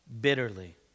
bitterly